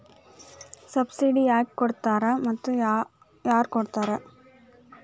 Subsidy ಯಾಕೆ ಕೊಡ್ತಾರ ಮತ್ತು ಯಾರ್ ಕೊಡ್ತಾರ್?